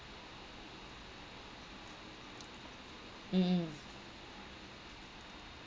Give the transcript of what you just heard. mm mm